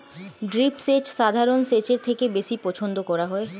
drip সেচ সাধারণ সেচের থেকে বেশি পছন্দ করা হয়